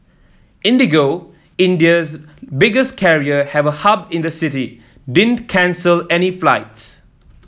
IndiGo India's biggest carrier have a hub in the city didn't cancel any flights